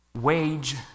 wage